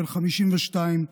בן 52,